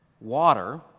water